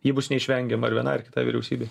ji bus neišvengiama ir vienai ir kitai vyriausybei